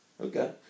Okay